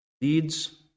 deeds